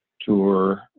tour